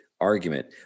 argument